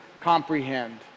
comprehend